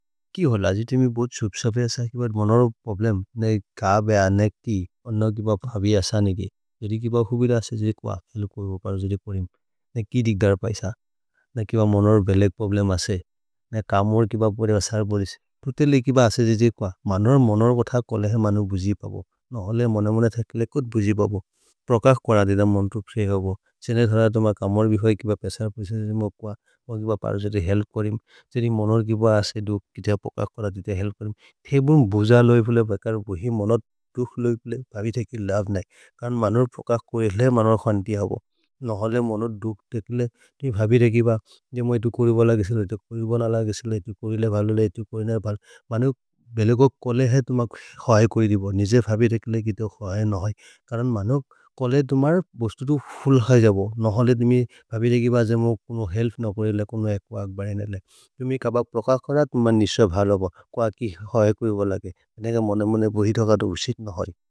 क्यि होल जित् मे बोज् शुब् स फे अस, किबर् मनोर् पोब्लेम्, ने क बे अनेक् ति, अन्न किबर् भबि अस नेग्ये। जरि किबर् हुबिर असे जिक्व हेल्को जदे परो जदे परिम्। ने की दिग्गर् प इस, ने किबर् मनोर् बेलेक् पोब्लेम् असे, ने कमोर् किबर् पो रे असार् पो रे से। प्रुतेले किबर् असे जिक्व, मनोर् मनोर् कोत कोले मनु बुजिप बो। नोह्ले मनेमुन् अथे किले कोद् बुजिप बो। प्रोकक् कोन दिदे मन् त्रुप् से हो बो। सेनेत् हल दोम कमोर् भि है किबर् पे असार् पो जदे मोक्व। मनोर् किबर् परो जदे हेल्को रिम्। जरि मनोर् किबर् असे दुक् किछ्य पोकक् कोन दिदे हेल्को रिम्। थेबुन् बुज लैभुले बकर् बो हि मनोर् दुक् लैभुले भबि ते किले लब्नै। कन् मनोर् पोकक् कोरे ले मनोर् खन् ति हबो। नोह्ले मनोर् दुक् ते किले भबि रे किबर्। जे मो ए तु कोरे बोल गिसेल, ए तु कोरे बोल गिसेल, ए तु कोरे ले भलो ले, ए तु कोरे ने भलो। मनु बेलेको कोले है तुमक् ख्वए कोरे दि बो। नि जे भबि रे किले कितो ख्वए नहि। करन् मनोक् कोले तुमर् बो स्तुतु फुल् खए जबो। नोह्ले तुमि भबि रे किबर् जे मो पुनो हेल्फ् न बोले ले, पुनो एक् वक् बले ने ले। जुमि कबक् पोकक् कोन तुमन् नि शभ् अलो बो। ख्वए किखए कुए बोल गिसेल। नेगे मो ने मो ने बोहे धोकर् दुक् शिक् न होइ।